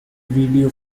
video